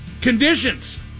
conditions